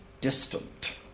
distant